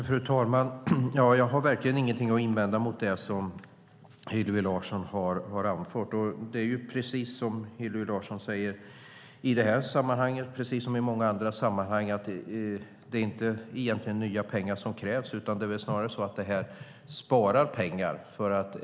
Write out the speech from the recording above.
Fru talman! Jag har verkligen ingenting att invända mot det som Hillevi Larsson har anfört. Som Hillevi Larsson säger är det i det här sammanhanget, precis som i många andra sammanhang, egentligen inte nya pengar som krävs, utan det är snarare så att det sparar pengar.